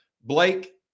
Blake